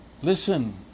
listen